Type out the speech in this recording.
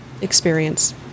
experience